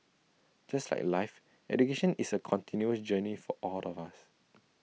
just like life education is A continuous journey for all of us